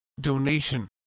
donation